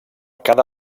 cada